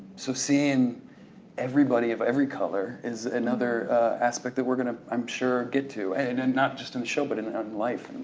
so seeing everybody of every color is another aspect that we're gonna, i'm sure get to and and and not just on the show but in and life.